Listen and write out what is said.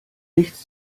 nichts